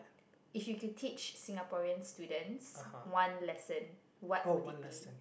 if you could teach Singaporean students one lesson what would it be